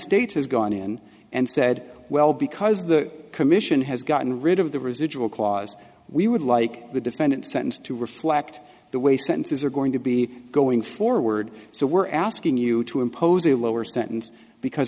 states has gone in and said well because the commission has gotten rid of the residual clause we would like the defendant sentence to reflect the way sentences are going to be going forward so we're asking you to impose a lower sentence because